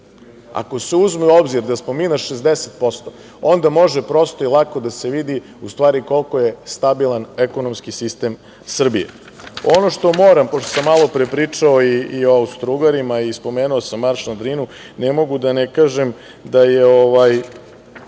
Ako se uzme u obzir da smo mi na 60%, onda može prosto i lako da se vidi u stvari koliko je stabilan ekonomski sistem Srbije. Ono što moram, pošto sam malopre pričao i o Austrougarima i spomenuo sam „Marš na Drinu“, ne mogu da ne kažem da je